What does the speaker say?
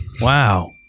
Wow